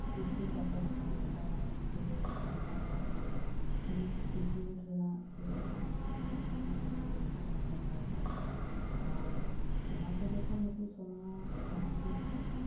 ᱩᱫᱽᱫᱳᱜᱽ ᱵᱟᱠᱚ ᱦᱟᱛᱟᱣ ᱟᱠᱟᱫᱟ ᱥᱮ ᱚᱱᱠᱟ ᱩᱱᱤ ᱴᱨᱤᱴᱢᱮᱱᱴ ᱨᱮᱱᱟᱜ ᱥᱮ ᱩᱱᱤ ᱵᱮᱥ ᱨᱩᱣᱟᱹᱲ ᱨᱮᱱᱟᱜ ᱠᱳᱱᱳ ᱵᱮᱵᱚᱥᱛᱷᱟ ᱵᱟᱠᱚ ᱦᱟᱛᱟᱣ ᱟᱠᱟᱫᱟ ᱟᱨ ᱱᱚᱣᱟᱠᱚ ᱡᱚᱠᱷᱚᱱ ᱱᱩᱠᱩ ᱥᱚᱢᱟᱡᱽ ᱥᱟᱢᱟᱡᱤᱠ